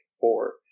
four